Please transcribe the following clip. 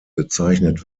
bezeichnet